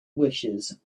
wishes